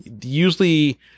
usually